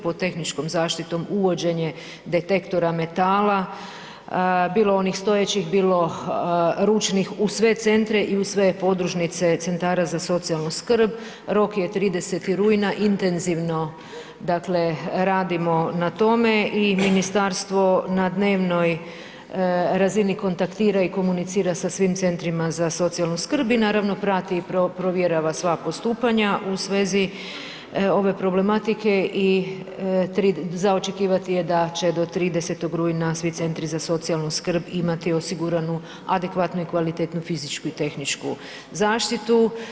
Pod tehničkom zaštitom uvođenje detektora metala, bilo onih stojećih, bilo ručnih u sve centre i u sve podružnice centara za socijalnu skrb, rok je 30. rujna, intenzivno dakle radimo na tome i ministarstvo na dnevnoj razini kontaktira i komunicira sa svim centrima za socijalnu skrb i naravno, prati i provjerava sva postupanja u svezi ove problematike i za očekivati je da će do 30. rujna svi centri za socijalnu skrb imati osiguranu adekvatnu i kvalitetnu fizičku i tehničku zaštitu.